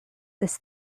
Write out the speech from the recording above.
this